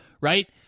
right